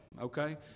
Okay